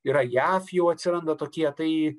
yra jav jau atsiranda tokie tai